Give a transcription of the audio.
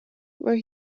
where